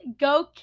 go